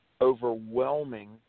Overwhelming